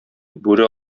бүре